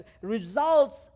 results